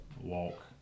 walk